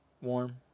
warm